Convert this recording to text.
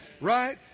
Right